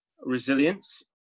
resilience